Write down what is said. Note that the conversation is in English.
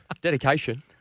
Dedication